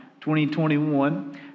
2021